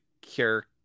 cure